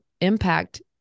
impact